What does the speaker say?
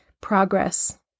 progress